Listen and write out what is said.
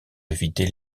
éviter